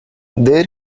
there